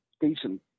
decent